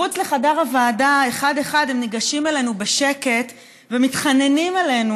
מחוץ לחדר הוועדה אחד-אחד הם ניגשים אלינו בשקט ומתחננים אלינו,